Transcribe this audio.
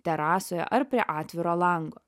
terasoje ar prie atviro lango